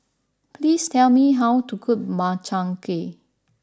please tell me how to cook Makchang Gui